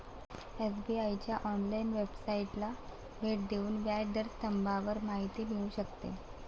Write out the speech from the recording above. SBI च्या online वेबसाइटला भेट देऊन व्याज दर स्तंभावर माहिती मिळू शकते